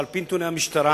שעל-פי נתוני המשטרה